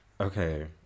okay